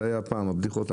זה היה פעם הבדיחות,